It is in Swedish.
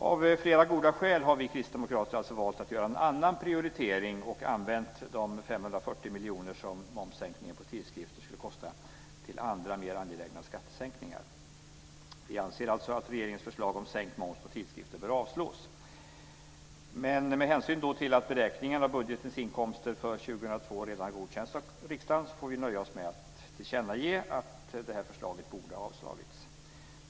Av flera goda skäl har vi kristdemokrater alltså valt att göra en annan prioritering och använt de 540 miljoner som momssänkningen på tidskrifter skulle kosta till andra mera angelägna skattesänkningar. Vi anser alltså att regeringens förslag om sänkt moms på tidskrifter bör avslås. Men med hänsyn till att beräkningen av budgetens inkomster för 2002 redan har godkänts av riksdagen får vi nöja oss med att tillkännage att det här förslaget borde ha avslagits.